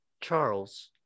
Charles